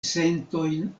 sentojn